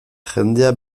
jendea